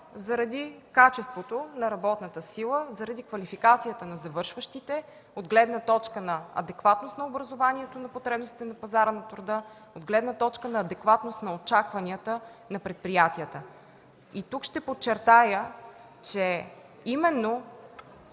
Заради качеството на работната сила, заради квалификацията на завършващите, от гледна точка на адекватност на образованието, на потребностите на пазара на труда, от гледна точка на адекватност на очакванията на предприятията. Тук ще подчертая, че именно